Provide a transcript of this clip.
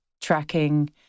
tracking